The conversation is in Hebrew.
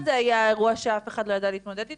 גם בקורונה זה היה אירוע שאף אחד לא ידע להתמודד איתו,